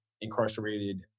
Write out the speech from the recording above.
incarcerated